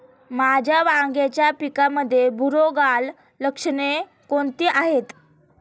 माझ्या वांग्याच्या पिकामध्ये बुरोगाल लक्षणे कोणती आहेत?